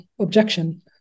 objection